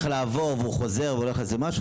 לעבור והוא חוזר והוא הולך לאיזה משהו,